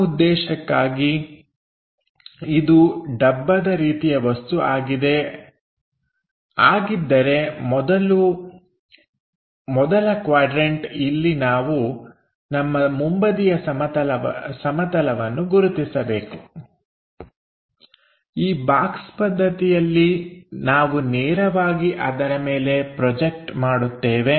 ಆ ಉದ್ದೇಶಕ್ಕಾಗಿ ಇದು ಡಬ್ಬದ ರೀತಿಯ ವಸ್ತು ಆಗಿದೆ ಆಗಿದ್ದರೆ ಮೊದಲ ಕ್ವಾಡ್ರನ್ಟ ಇಲ್ಲಿ ನಾವು ನಮ್ಮ ಮುಂಬದಿಯ ಸಮತಲವನ್ನು ಗುರುತಿಸಬೇಕು ಈ ಬಾಕ್ಸ್ ಪದ್ಧತಿಯಲ್ಲಿ ನಾವು ನೇರವಾಗಿ ಅದರ ಮೇಲೆ ಪ್ರೊಜೆಕ್ಟ್ ಮಾಡುತ್ತೇವೆ